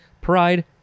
pride